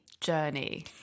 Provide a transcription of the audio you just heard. journey